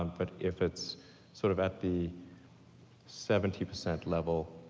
um but if it's sort of at the seventy percent level,